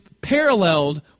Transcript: paralleled